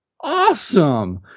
awesome